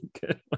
good